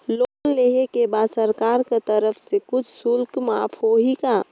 Loan लेहे के बाद सरकार कर तरफ से कुछ शुल्क माफ होही का?